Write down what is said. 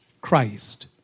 Christ